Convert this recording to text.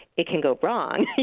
it can go wrong,